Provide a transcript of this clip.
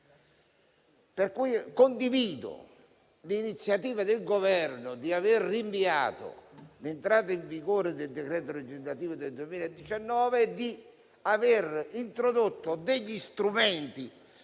Pertanto, condivido l'iniziativa del Governo di aver rinviato l'entrata in vigore del decreto legislativo del 2019 e di aver introdotto degli strumenti